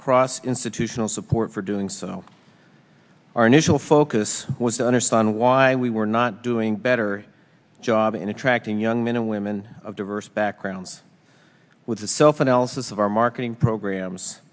cross institutional support for doing so our initial focus was to understand why we were not doing better job in attracting young men and women of diverse backgrounds with the self analysis of our marketing programs